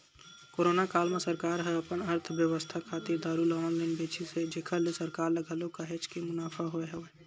corona काल म सरकार ह अपन अर्थबेवस्था खातिर दारू ल ऑनलाइन बेचिस हे जेखर ले सरकार ल घलो काहेच के मुनाफा होय हवय